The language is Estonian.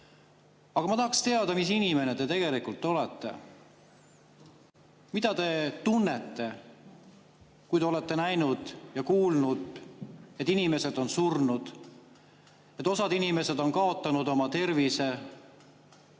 Aga ma tahaksin teada, mis inimene te tegelikult olete. Mida te tunnete, kui te olete näinud ja kuulnud, et inimesed on surnud ja osa inimesi on kaotanud oma tervise?